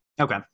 Okay